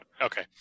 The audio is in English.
Okay